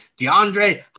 DeAndre